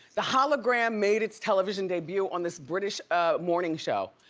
the hologram made its television debut on this british morning show.